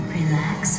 relax